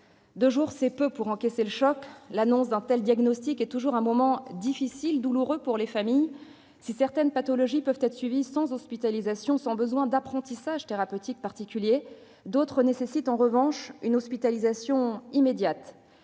Deux jours, c'est peu pour encaisser le choc. L'annonce d'un tel diagnostic est toujours un moment difficile et douloureux pour les familles. Si certaines pathologies ne nécessitent pas d'hospitalisation ou d'apprentissage thérapeutique particulier, d'autres requièrent en revanche une hospitalisation immédiate.